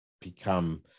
become